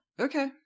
Okay